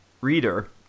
reader